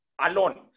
alone